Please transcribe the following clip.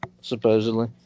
supposedly